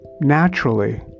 naturally